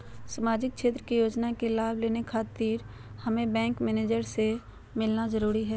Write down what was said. सामाजिक क्षेत्र की योजनाओं का लाभ लेने खातिर हमें बैंक मैनेजर से मिलना जरूरी है?